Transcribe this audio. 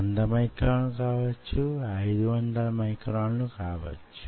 మరొక విషయం ఇంకొక సవాలు ఎదురవుతుంది